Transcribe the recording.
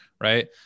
right